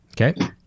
Okay